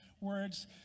words